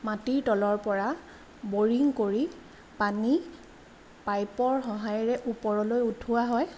মাটিৰ তলৰ পৰা বৰিং কৰি পানী পাইপৰ সহায়েৰে ওপৰলৈ উঠোৱা হয়